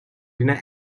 deny